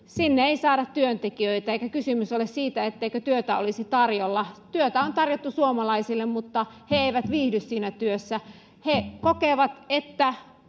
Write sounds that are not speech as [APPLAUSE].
sinne ei saada työntekijöitä eikä kysymys ole siitä etteikö työtä olisi tarjolla työtä on tarjottu suomalaisille mutta he eivät viihdy siinä työssä he kokevat että [UNINTELLIGIBLE]